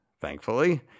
thankfully